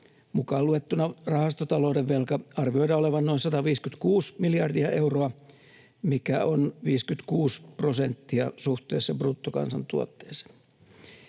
mukaan luettuna rahastotalouden velka, arvioidaan olevan noin 156 miljardia euroa, mikä on 56 prosenttia suhteessa bruttokansantuotteeseen.